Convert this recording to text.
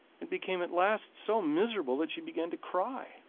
and became at last so miserable that she began to cry.